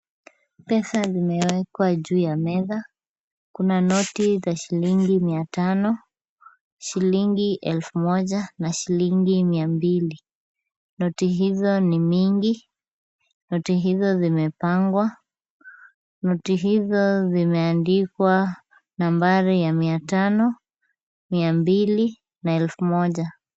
Pesa zimewekwa juu ya meza. Kuna noti za shilingi mia tano, shilingi elfu moja na shilingi mia mbili. Noti hizo ni nyingi, noti hizo zimepangwa, noti hizo zimeandikwa nambari ya mia tano, mia mbili na elfu moja.